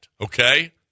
okay